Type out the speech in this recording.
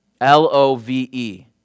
L-O-V-E